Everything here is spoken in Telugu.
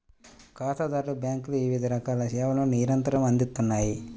ఖాతాదారులకు బ్యేంకులు వివిధ రకాల సేవలను నిరంతరం అందిత్తన్నాయి